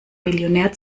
millionär